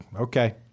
okay